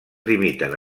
limiten